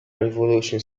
revolution